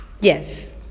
Yes